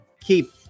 keep